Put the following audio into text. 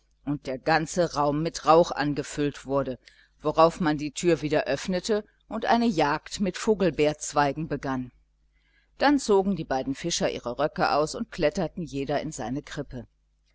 und der ganze raum mit rauch angefüllt wurde worauf man die tür wieder öffnete und eine jagd mit vogelbeerzweigen begann dann zogen die beiden fischer ihre röcke aus und kletterten jeder in seine krippe